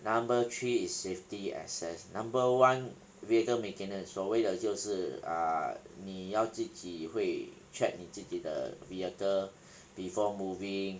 number three is safety access number one vehicle maintenance 所谓的就是 err 你要自己会 check 你自己的 vehicle before moving